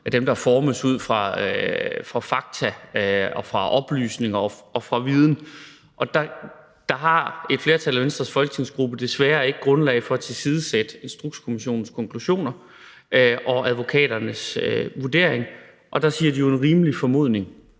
er dem, der formes ud fra fakta, oplysninger og viden. Der har et flertal i Venstres folketingsgruppe desværre ikke grundlag for at tilsidesætte Instrukskommissionens konklusioner og advokaternes vurdering. Der siger de jo, at der er en rimelig formodning